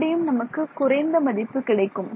மறுபடியும் நமக்கு குறைந்த மதிப்பு கிடைக்கும்